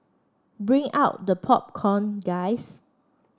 bring out the popcorn guys